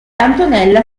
antonella